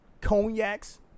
cognacs